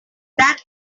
that